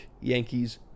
Yankees